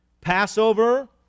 Passover